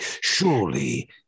Surely